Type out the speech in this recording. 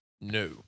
no